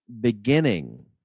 beginning